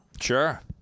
Sure